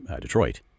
Detroit